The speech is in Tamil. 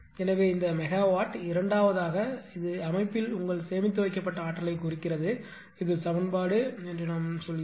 எனவே இந்த மெகாவாட் இரண்டாவதாக இது கணினியில் உங்கள் சேமித்து வைக்கப்பட்ட ஆற்றலைக் குறிக்கிறது இது சமன்பாடு என்று சொல்லப்படுகிறது